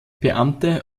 beamte